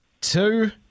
two